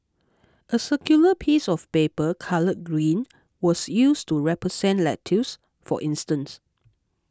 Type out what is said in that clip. a circular piece of paper coloured green was used to represent lettuce for instance